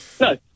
No